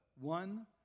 One